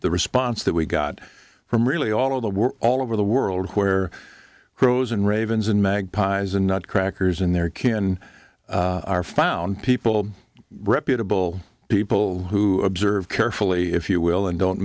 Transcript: the response that we got from really all of the we're all over the world where crows and ravens and magpies and not crackers and their kin are found people reputable people who observe carefully if you will and don't